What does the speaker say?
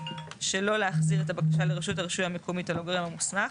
שלא להחזיר את הבקשה לרשות הרישוי המקומית או לגורם המוסמך,